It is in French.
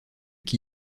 qui